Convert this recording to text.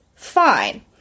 Fine